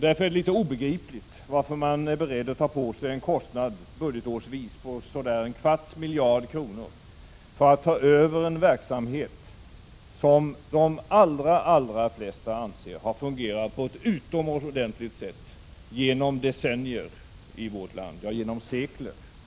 Därför är det litet obegripligt att man är beredd att ta på sig en kostnad budgetårsvis på omkring en kvarts miljard kronor för att ta över en verksamhet som de allra flesta anser ha fungerat på ett utomordentligt sätt i vårt land genom decennier — ja, genom sekler.